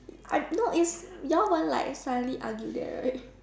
I no is you all won't like suddenly argue there right